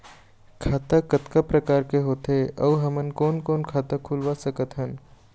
खाता कतका प्रकार के होथे अऊ हमन कोन कोन खाता खुलवा सकत हन?